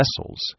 vessels